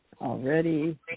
already